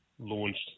Launched